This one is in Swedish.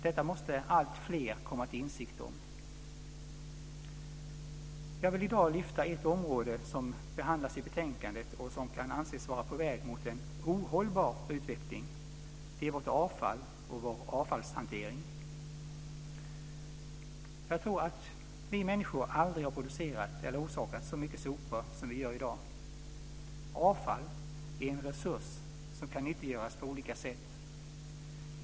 Detta måste alltfler komma till insikt om. Jag vill i dag lyfta fram ett område som behandlas i betänkandet och som kan anses vara på väg mot en ohållbar utveckling. Det är vårt avfall och vår avfallshantering. Jag tror att vi människor aldrig har producerat eller orsakat så mycket sopor som vi gör i dag. Avfall är en resurs som kan nyttiggöras på olika sätt.